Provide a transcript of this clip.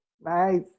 Nice